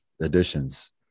additions